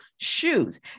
shoes